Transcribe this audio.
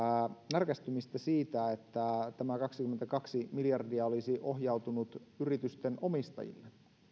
närkästymistä siitä että tämä kaksikymmentäkaksi miljardia olisi ohjautunut yritysten omistajille